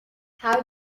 how